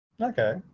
Okay